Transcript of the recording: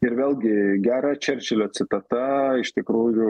ir vėlgi gera čerčilio citata iš tikrųjų